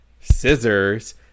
Scissors